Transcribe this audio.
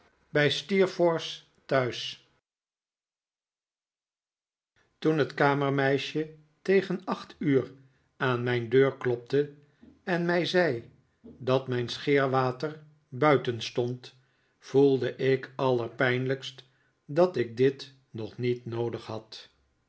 thuis toen het kamermeisje tegen acht uur aan mijn deur klopte en mij zei dat mijn scheerwater buiten stond voelde ik allerpijnlijkst dat ik dit nog niet noodig had